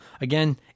Again